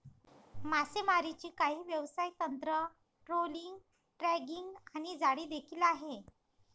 मासेमारीची काही व्यवसाय तंत्र, ट्रोलिंग, ड्रॅगिंग आणि जाळी देखील आहे